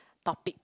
topic